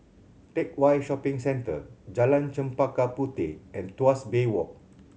Teck Whye Shopping Centre Jalan Chempaka Puteh and Tuas Bay Walk